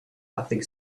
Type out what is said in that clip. nothing